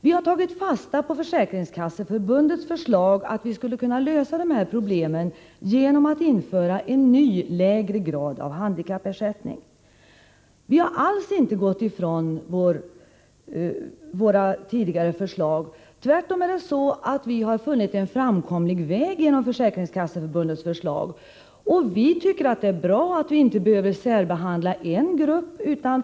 Vi har tagit fasta på Försäkringskasseförbundets förslag om att dessa problem kan lösas genom att en ny, lägre grad av handikappersättning införs. Vi har alls inte gått ifrån våra tidigare förslag. Tvärtom har vi funnit en framkomlig väg i och med Försäkringskasseförbundets förslag. Vi tycker att det är bra att man inte behöver särbehandla en speciell grupp.